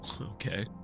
Okay